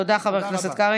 תודה רבה.